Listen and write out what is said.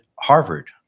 Harvard